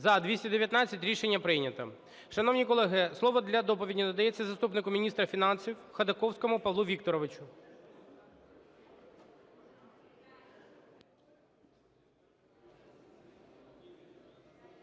За-219 Рішення прийнято. Шановні колеги, слово для доповіді надається заступнику міністра фінансів Ходаковському Павлу Вікторовичу.